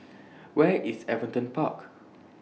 Where IS Everton Park